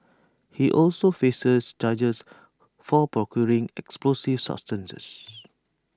he also faces charges for procuring explosive substances